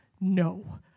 no